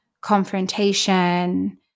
confrontation